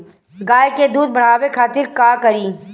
गाय के दूध बढ़ावे खातिर का करी?